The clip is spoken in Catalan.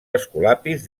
escolapis